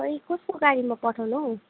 खै कसको गाडीमा पठाउनु हो